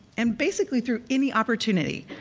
and basically through any opportunity.